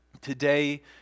Today